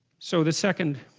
so the second